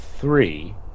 three